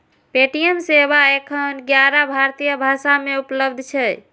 Paytm सेवा एखन ग्यारह भारतीय भाषा मे उपलब्ध छै